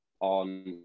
on